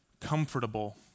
comfortable